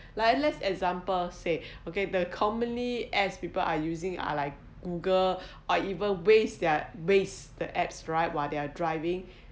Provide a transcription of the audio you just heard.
like let's example say okay the commonly as people are using ah like google or even waze their waze their apps right while they're driving